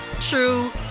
true